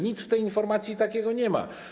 Nic w tej informacji takiego nie ma.